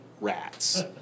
rats